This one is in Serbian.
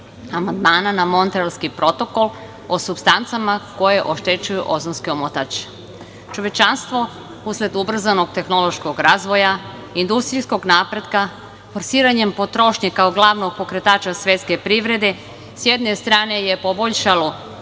amandmana na Montrealski protokol, o supstancama koje oštećuje ozonski omotač. Čovečanstvo usled ubrzanog tehnološkog razvoja, industrijskog napretka, forsiranjem potrošnje kao glavnog pokretača svetske privrede, sa jedne strane je poboljšalo